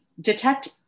detect